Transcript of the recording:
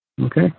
okay